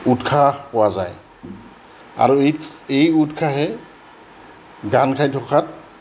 উৎসাহ পোৱা যায় আৰু এই এই উৎসাহে গান গাই থকাত